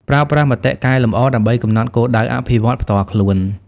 ប្រើប្រាស់មតិកែលម្អដើម្បីកំណត់គោលដៅអភិវឌ្ឍន៍ផ្ទាល់ខ្លួន។